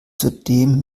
zudem